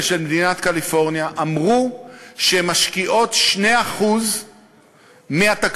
של מדינת קליפורניה אמרו שהן משקיעות 2% מהתקבולים